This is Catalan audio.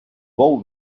bou